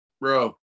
bro